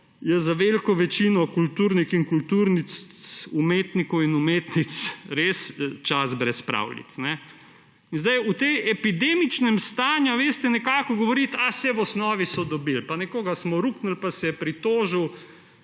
je za veliko večino kulturnikov in kulturnic, umetnikov in umetnic res čas brez pravljic. In zdaj, v tem epidemičnem stanju govoriti, »ah, saj v osnovi so dobili«, pa »nekoga smo ruknili, pa se je pritožil